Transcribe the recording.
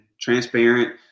transparent